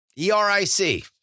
E-R-I-C